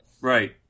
Right